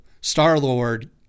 Star-Lord